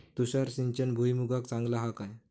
तुषार सिंचन भुईमुगाक चांगला हा काय?